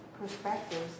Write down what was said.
perspectives